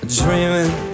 dreaming